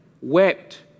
wept